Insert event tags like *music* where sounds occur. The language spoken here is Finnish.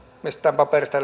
mistään paperista *unintelligible*